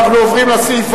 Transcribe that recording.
אנחנו עוברים לסעיף